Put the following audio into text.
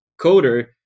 coder